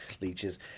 leeches